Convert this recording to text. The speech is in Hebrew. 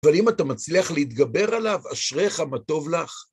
אבל אם אתה מצליח להתגבר עליו, אשריך מה טוב לך.